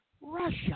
Russia